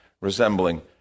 resembling